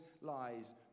lies